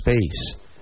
space